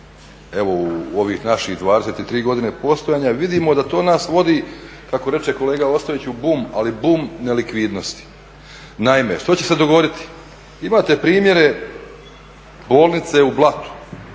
uči u ovih 23 godine postojanja, vidimo da to nas vodi kako reče kolega Ostojić u bum, ali bum nelikvidnosti. Naime, što će se dogoditi? Imate primjere bolnice u Blatu,